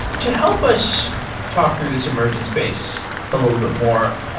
to help us talk through this emergent space a little bit more, ah